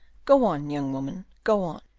go on, young woman, go on.